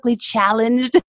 challenged